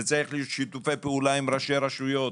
זה צריך להיות שיתופי פעולה עם ראשי רשויות